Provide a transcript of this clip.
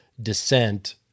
dissent